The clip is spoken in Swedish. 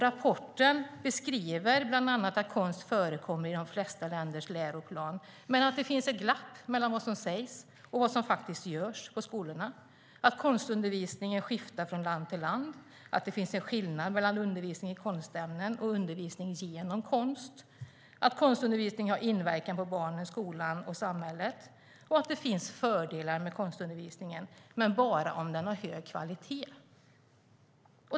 Rapporten beskriver bland annat att konst förekommer i de flesta länders läroplaner men att det finns ett glapp mellan vad som sägs och vad som faktiskt görs på skolorna. Konstundervisningen skiftar från land till land. Det finns en skillnad mellan undervisning i konstämnen och undervisning genom konst. Konstundervisning har inverkan på barnen, skolan och samhället. Och det finns fördelar med konstundervisningen men bara om den har hög kvalitet.